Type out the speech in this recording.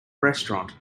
restaurant